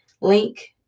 link